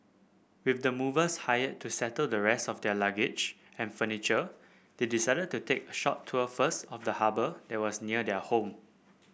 with the movers hired to settle the rest of their luggage and furniture they decided to take a short tour first of the harbour that was near their home